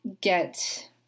get